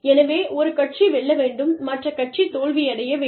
எனவே ஒரு கட்சி வெல்ல வேண்டும் மற்ற கட்சி தோல்வியடைய வேண்டும்